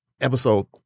episode